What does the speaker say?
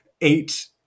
eight